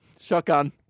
Shotgun